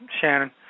Shannon